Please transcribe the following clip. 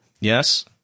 Yes